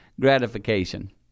gratification